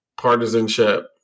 partisanship